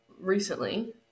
recently